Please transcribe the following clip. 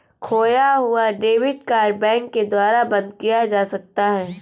खोया हुआ debit card bank के द्वारा बंद किया जा सकता है